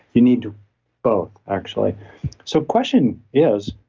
you need both actually so question is,